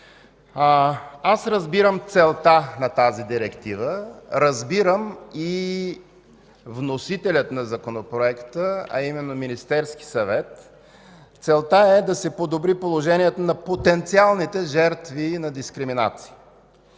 Разбирам целта на тази Директива, разбирам и вносителя на Законопроекта – Министерския съвет. Целта е да се подобри положението на потенциалните жертви на дискриминация.